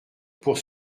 pour